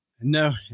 No